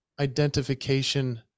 identification